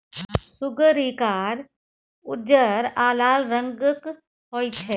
सुग्गरि कार, उज्जर आ लाल रंगक होइ छै